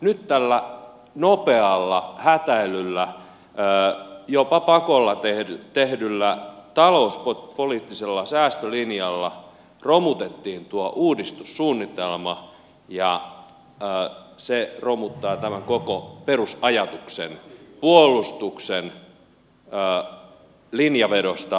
nyt tällä nopealla hätäilyllä jopa pakolla tehdyllä talouspoliittisella säästölinjalla romutettiin tuo uudistussuunnitelma ja se romuttaa tämän koko perusaja tuksen puolustuksen linjavedosta puolustuspoliittisilla tarpeilla